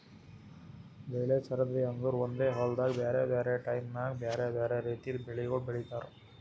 ಬೆಳೆ ಸರದಿ ಅಂದುರ್ ಒಂದೆ ಹೊಲ್ದಾಗ್ ಬ್ಯಾರೆ ಬ್ಯಾರೆ ಟೈಮ್ ನ್ಯಾಗ್ ಬ್ಯಾರೆ ಬ್ಯಾರೆ ರಿತಿದು ಬೆಳಿಗೊಳ್ ಬೆಳೀತಾರ್